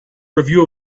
review